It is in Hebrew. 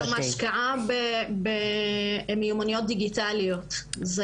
גם השקעה במיומניות דיגיטליות.